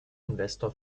investor